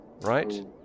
right